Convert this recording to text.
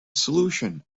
solution